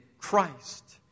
Christ